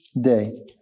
day